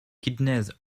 kidneys